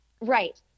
Right